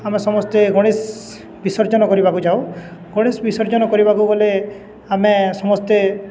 ଆମେ ସମସ୍ତେ ଗଣେଶ ବିସର୍ଜନ କରିବାକୁ ଯାଉ ଗଣେଶ ବିସର୍ଜନ କରିବାକୁ ଗଲେ ଆମେ ସମସ୍ତେ